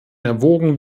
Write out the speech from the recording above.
erwogen